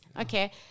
okay